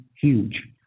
huge